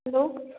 hello